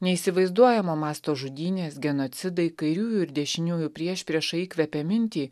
neįsivaizduojamo masto žudynės genocidai kairiųjų ir dešiniųjų priešprieša įkvepia mintį